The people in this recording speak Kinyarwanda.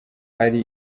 ari